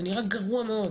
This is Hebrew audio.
זה נראה גרוע מאוד,